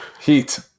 Heat